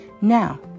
Now